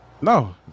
No